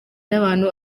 n’abantu